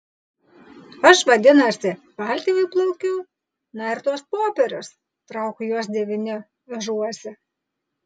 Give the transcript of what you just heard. aš vadinasi valtimi plaukiu na ir tuos popierius trauk juos devyni vežuosi